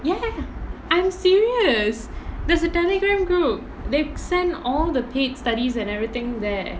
ya I'm serious there's a Telegram group they send all the paid studies and everything there